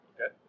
Okay